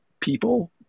people